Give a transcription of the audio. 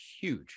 huge